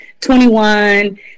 21